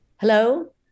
Hello